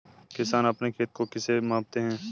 किसान अपने खेत को किससे मापते हैं?